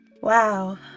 wow